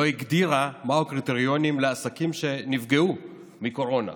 לא הגדירה מה הקריטריונים לעסקים שנפגעו מקורונה.